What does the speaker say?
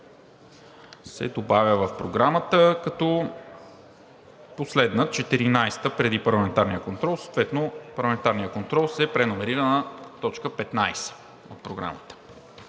се добавя в Програмата като последна – т. 14, преди парламентарния контрол, съответно парламентарният контрол се преномерира на т. 15 от Програмата.